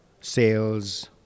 sales